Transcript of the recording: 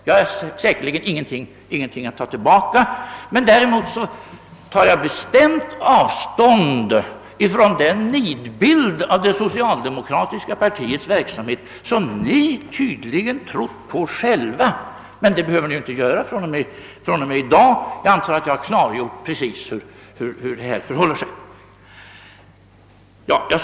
Jag har ingenting att ta tillbaka; däremot tar jag bestämt avstånd från den nidbild av socialdemokratiska partiets verksamhet som ni tydligen trott på själva. Men det behöver ni inte göra från och med i dag — jag antar att jag har klargjort precis hur det förhåller sig.